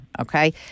okay